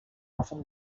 often